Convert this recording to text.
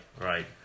Right